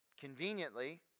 conveniently